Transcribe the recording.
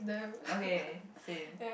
okay seen